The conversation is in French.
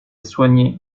soigné